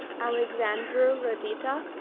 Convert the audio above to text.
alexandru radita